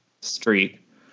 street